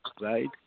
right